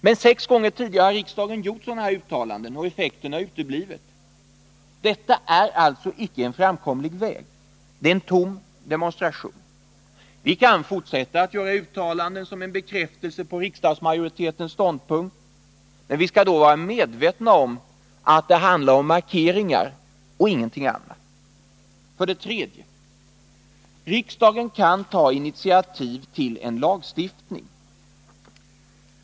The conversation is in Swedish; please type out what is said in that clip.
Men sex gånger tidigare har riksdagen gjort sådana uttalanden, och effekten har uteblivit. Detta är alltså icke en framkomlig väg, utan en tom demonstration. Vi kan fortsätta att göra uttalanden som bekräftelse på riksdagsmajoritetens ståndpunkt, men vi skall vara medvetna om att det då bara handlar om markeringar och ingenting annat. För det tredje kan riksdagen ta initiativ till en lagstiftning.